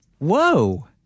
Whoa